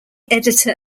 editor